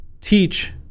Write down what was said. teach